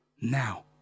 Now